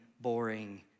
boring